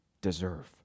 deserve